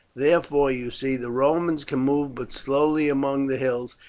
therefore, you see, the romans can move but slowly among the hills,